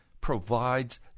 provides